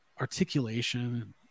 articulation